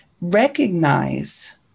recognize